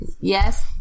Yes